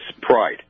pride